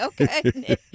okay